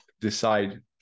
decide